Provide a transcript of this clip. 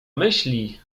myśli